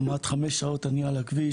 אני כמעט חמש שעות על כביש.